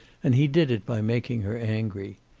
and he did it by making her angry.